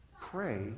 pray